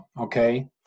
Okay